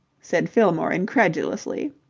said fillmore incredulously.